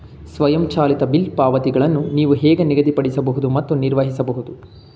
ಸ್ವಯಂಚಾಲಿತ ಬಿಲ್ ಪಾವತಿಗಳನ್ನು ನೀವು ಹೇಗೆ ನಿಗದಿಪಡಿಸಬಹುದು ಮತ್ತು ನಿರ್ವಹಿಸಬಹುದು?